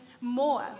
more